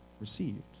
received